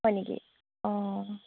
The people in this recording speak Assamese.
হয় নেকি অঁ